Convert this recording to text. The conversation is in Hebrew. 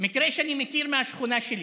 מקרה שאני מכיר מהשכונה שלי,